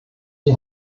die